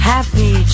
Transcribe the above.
Happy